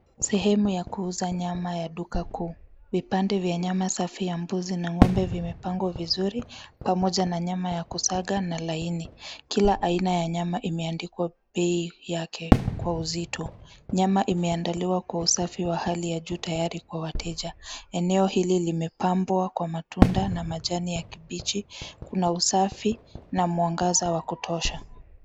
Sehemu ya kuuza nyama ya duka kuu. Vipande vya nyama safi ya mbuzi na ng'ombe vimepangwa vizuri pamoja na nyama ya kusaga na laini. Kila aina ya nyama imeandikwa bei yake kwa uzito. Nyama imeandaliwa kwa usafi wa hali ya juu tayari kwa wateja. Eneo hili limepambwa kwa matunda na majani ya kibichi. Kuna usafi na mwangaza wa kutosha.